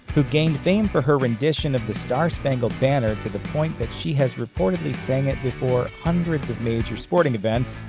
who gained fame for her rendition of the star-spangled banner to the point that she has reportedly sang it before hundreds of major sporting events,